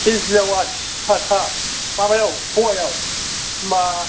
केजि आव आसि थाखा माबायाव पवायाव होनबा